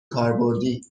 کاربردی